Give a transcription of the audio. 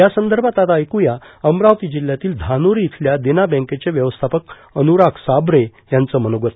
यासंदर्भात आता ऐक्या अमरावती जिल्ह्यातील धानोरी इथल्या देना बँकेचे व्यवस्थापक अनुराग साबरे यांचं मनोगत